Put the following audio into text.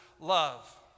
love